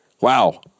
Wow